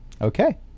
okay